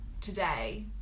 today